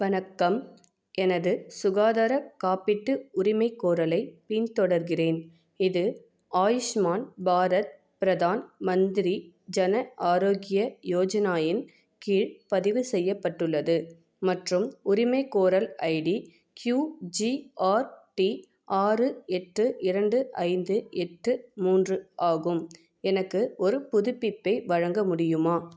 வணக்கம் எனது சுகாதார காப்பீட்டு உரிமைக்கோரலைப் பின்தொடர்கிறேன் இது ஆயுஷ்மான் பாரத் பிரதான் மந்திரி ஜன ஆரோக்ய யோஜனா இன் கீழ் பதிவு செய்யப்பட்டுள்ளது மற்றும் உரிமைக்கோரல் ID Q G R D ஆறு எட்டு இரண்டு ஐந்து எட்டு மூன்று ஆகும் எனக்கு ஒரு புதுப்பிப்பை வழங்க முடியுமா